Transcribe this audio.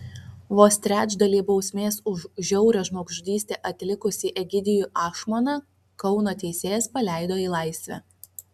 vos trečdalį bausmės už žiaurią žmogžudystę atlikusį egidijų ašmoną kauno teisėjas paleido į laisvę